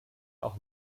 auch